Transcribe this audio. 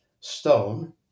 stone